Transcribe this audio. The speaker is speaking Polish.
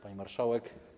Pani Marszałek!